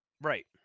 right